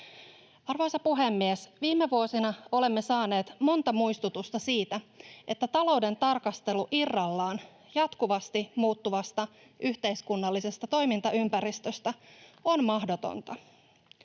Arvoisa puhemies! Viime vuosina olemme saaneet monta muistutusta siitä, että talouden tarkastelu irrallaan jatkuvasti muuttuvasta yhteiskunnallisesta toimintaympäristöstä on mahdotonta.